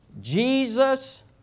Jesus